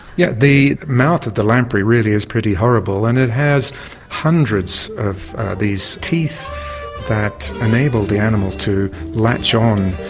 yeah the mouth of the lamprey really is pretty horrible, and it has hundreds of these teeth that enable the animal to latch on.